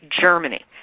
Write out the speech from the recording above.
Germany